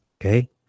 Okay